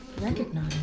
Recognize